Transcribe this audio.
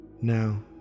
Now